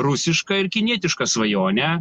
rusišką ir kinietišką svajonę